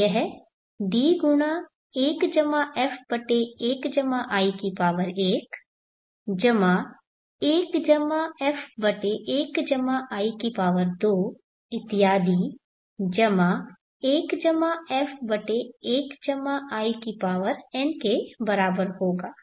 तो यह D1 f1i1 1 f1i2 इत्यादि 1 f1in के बराबर होगा